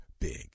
big